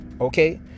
Okay